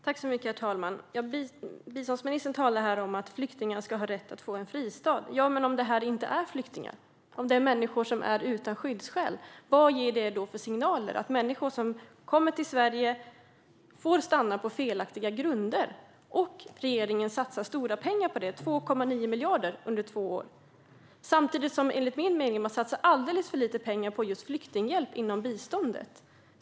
Herr talman! Biståndsministern talar om att flyktingarna ska ha rätt att få en fristad. Jamen tänk om det inte handlar om flyktingar, utan om människor som saknar skyddsskäl? Vilka signaler ger det om människor som kommer till Sverige får stanna på felaktiga grunder och regeringen satsar stora pengar på det? Under två år satsas 2,9 miljarder. Samtidigt satsar man, enligt min mening, alldeles för lite pengar på flyktinghjälp inom biståndet.